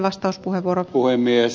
arvoisa puhemies